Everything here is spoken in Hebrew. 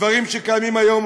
דברים שקיימים היום,